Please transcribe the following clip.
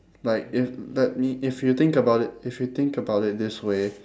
like if that ne~ if you think about it if you think about it this way